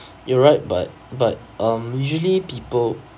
you're right but but um usually people